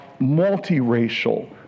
multiracial